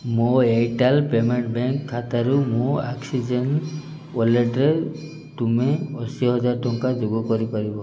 ମୋ Airtel payment bank ଖାତାରୁ ମୋ ଅକ୍ସିଜେନ୍ ୱାଲେଟ୍ରେ ତୁମେ ଅଶୀ ହଜାର ଟଙ୍କା ଯୋଗ କରିପାରିବ